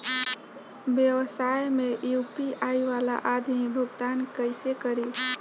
व्यवसाय में यू.पी.आई वाला आदमी भुगतान कइसे करीं?